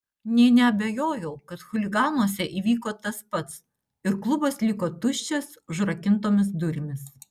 nė neabejojau kad chuliganuose įvyko tas pats ir klubas liko tuščias užrakintomis durimis